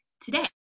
today